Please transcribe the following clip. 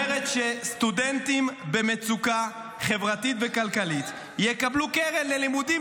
אומרת שסטודנטים במצוקה חברתית וכלכלית יקבלו קרן ללימודים.